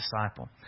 disciple